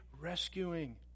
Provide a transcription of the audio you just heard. rescuing